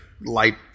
light